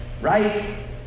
right